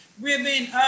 Ribbon